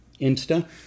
Insta